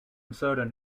certain